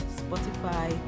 spotify